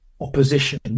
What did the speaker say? opposition